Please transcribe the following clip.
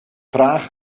traag